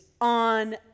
on